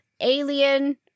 alien